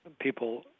people